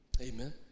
Amen